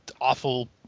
awful